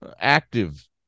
active